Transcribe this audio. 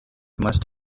must